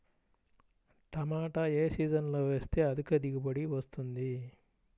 టమాటా ఏ సీజన్లో వేస్తే అధిక దిగుబడి వస్తుంది?